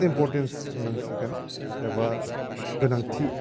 importance होन्नांसिगोन एबा गोनांथि